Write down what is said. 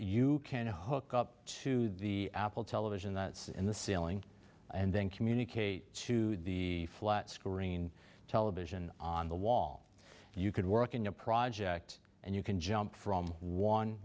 you can hook up to the apple television that's in the ceiling and then communicate to the flat screen television on the wall you could work in a project and you can jump from one